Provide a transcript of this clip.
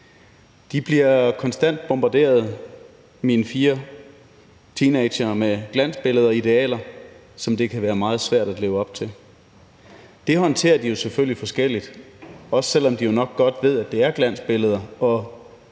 bliver konstant bombarderet med glansbilleder og idealer, som det kan være meget svært at leve op til. Det håndterer de selvfølgelig forskelligt, også selv om de jo nok godt ved, at det er glansbilleder, og